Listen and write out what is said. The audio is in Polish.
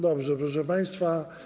Dobrze, proszę państwa.